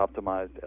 optimized